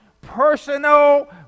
personal